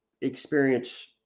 experience